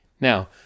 Now